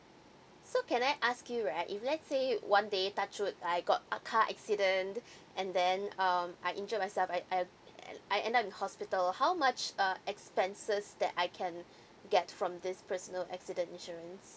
so can I ask you right if let say one day touch wood I got a car accident and then um I injured myself I I and I end up in hospital how much uh expenses that I can get from this personal accident insurance